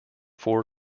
four